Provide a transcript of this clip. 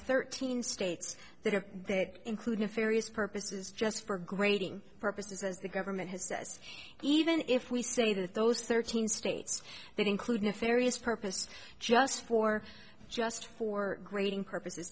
thirteen states that have that include if arius purposes just for grading purposes as the government has says even if we say that those thirteen states that include nefarious purpose just for just for grading purposes